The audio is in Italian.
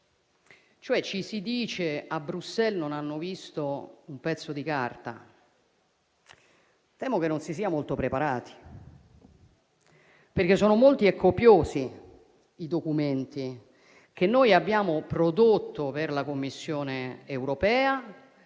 Ci si dice che a Bruxelles non hanno visto un pezzo di carta. Temo che non si sia molto preparati, perché sono molti e copiosi i documenti che noi abbiamo prodotto per la Commissione europea,